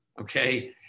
okay